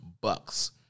Bucks